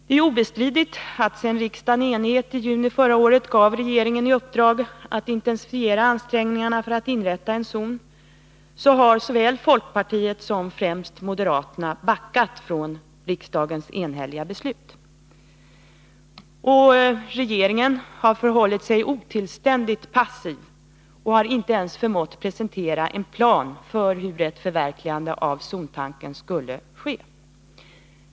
Det är obestridligt att sedan riksdagen i enighet i juni förra året gav regeringen i uppdrag att intensifiera ansträngningarna för att inrätta en sådan zon såväl folkpartiet som främst moderaterna har backat från riksdagens enhälliga beslut. Regeringen har förhållit sig otillständigt passiv och har inte ens förmått presentera en plan för hur ett förverkligande av tanken på en kärnvapenfri zon skulle ske.